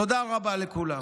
תודה רבה לכולם.